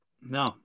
no